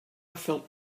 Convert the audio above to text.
felt